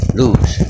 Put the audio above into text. lose